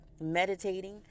meditating